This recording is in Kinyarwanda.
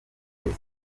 the